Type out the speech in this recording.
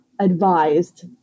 advised